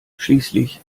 schließlich